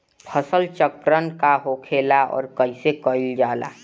फसल चक्रण का होखेला और कईसे कईल जाला?